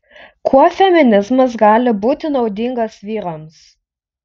kuo feminizmas gali būti naudingas vyrams